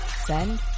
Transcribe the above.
Send